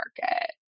market